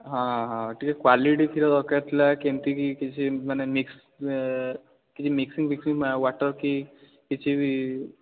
ହଁ ହଁ ଟିକିଏ କ୍ୱାଲିଟି କ୍ଷୀର ଦରକାର ଥିଲା କେମିତିକି କିଛି ମାନେ କିଛି ମିକ୍ସିଂ ଫିକ୍ସିଂ ୱାଟର କି କିଛି ବି